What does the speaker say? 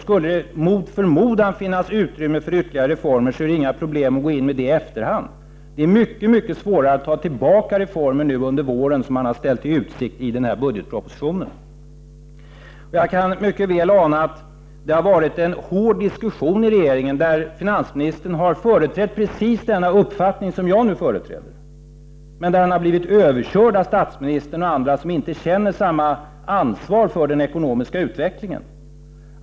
Skulle det mot förmodan finnas utrymme för ytterligare reformer är det inga problem att gå in med dem i efterhand. Det är mycket svårare att nu under våren ta tillbaka reformer som har ställts i utsikt i denna budgetproposition. Jag kan mycket väl ana att det har varit en hård diskussion i regeringen, där finansministern har företrätt precis den uppfattning som jag nu företräder, men där han har blivit överkörd av statsministern och andra, som inte känner samma ansvar för den ekonomiska utvecklingen.